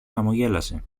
χαμογέλασε